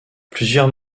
plusieurs